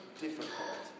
difficult